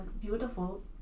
beautiful